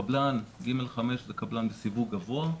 קבלן ג'5 זה קבלן בסיווג גבוה.